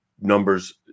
numbers